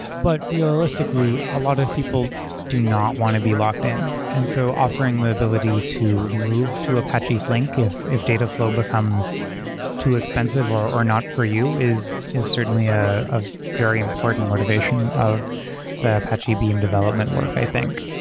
but realistically, a lot of people do not want to be locked in. and so offering the ability to move to apache flink if if dataflow becomes too expensive or not for you is is certainly ah a very important motivation of the apache beam development work i think.